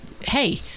hey